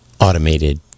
automated